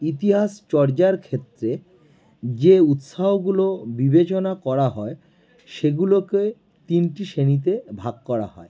ইতিহাস চর্চার ক্ষেত্রে যে উৎসাহগুলো বিবেচনা করা হয় সেগুলোকে তিনটি শ্রেণিতে ভাগ করা হয়